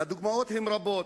והדוגמאות הן רבות.